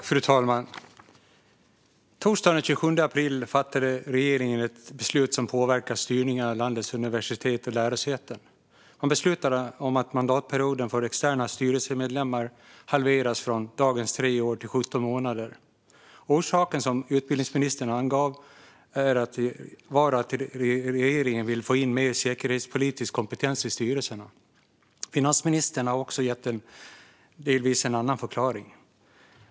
Fru talman! Torsdagen den 27 april fattade regeringen ett beslut som påverkar styrningen av landets universitet och lärosäten. Man beslutade att mandatperioden för externa styrelsemedlemmar halveras från dagens tre år till 17 månader. Orsaken som utbildningsministern angav var att regeringen vill få in mer säkerhetspolitisk kompetens i styrelserna. Finansministern har gett en delvis annan förklaring.